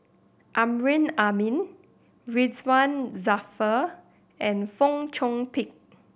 Amrin Amin Ridzwan Dzafir and Fong Chong Pik